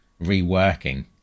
reworking